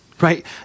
right